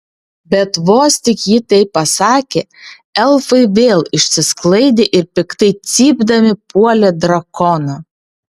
bet vos tik ji tai pasakė elfai vėl išsisklaidė ir piktai cypdami puolė drakoną